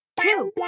two